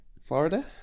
Florida